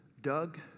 Doug